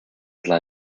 dla